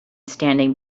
standing